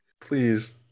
Please